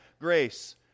grace